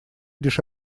лишь